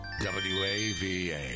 WAVA